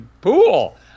pool